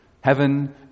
Heaven